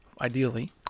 ideally